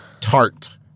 tart